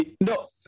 No